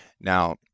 Now